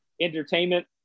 entertainment